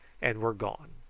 and were gone.